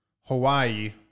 Hawaii